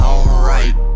Alright